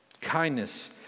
Kindness